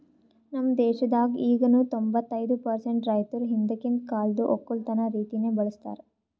ನಮ್ ದೇಶದಾಗ್ ಈಗನು ತೊಂಬತ್ತೈದು ಪರ್ಸೆಂಟ್ ರೈತುರ್ ಹಿಂದಕಿಂದ್ ಕಾಲ್ದು ಒಕ್ಕಲತನ ರೀತಿನೆ ಬಳ್ಸತಾರ್